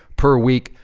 per week,